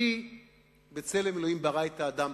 כי בצלם אלוהים ברא את האדם,